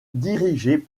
dirigée